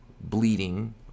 bleeding